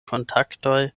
kontaktoj